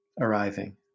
arriving